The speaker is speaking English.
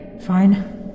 Fine